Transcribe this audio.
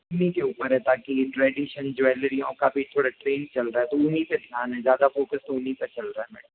उन्हीं के ऊपर है ताकि ट्रेडिशनल ज्वेलरीयों का थोड़ा ट्रेंड चल रहा है तो उन्हीं पे ध्यान है ज़्यादा फ़ोकस तो उन्हीं पे चल रहा है मैडम